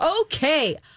Okay